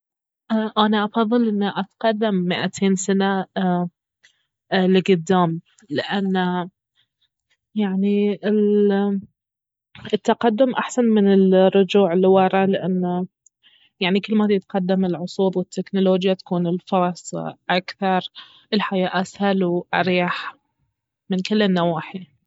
انا افضل انه أتقدم مئتين سنة لقدام لانه يعني ال- التقدم احسن من الرجوع لورا لانه يعني كل ما يتقدم العصور والتكنولوجيا تكون الفرص اكثر الحياة اسهل واريح من كل النواحي